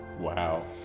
Wow